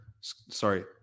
Sorry